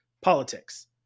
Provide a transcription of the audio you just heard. politics